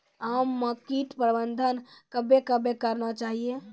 आम मे कीट प्रबंधन कबे कबे करना चाहिए?